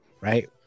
Right